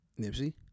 Nipsey